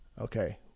Okay